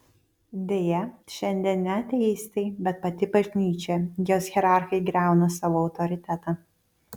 deja šiandien ne ateistai bet pati bažnyčia jos hierarchai griauna savo autoritetą